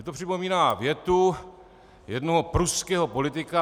Mně to připomíná větu jednoho pruského politika.